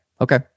Okay